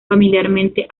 familiarmente